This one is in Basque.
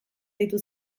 deitu